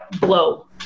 blow